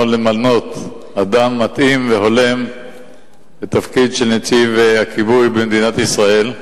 למנות אדם מתאים והולם לתפקיד נציב הכיבוי במדינת ישראל.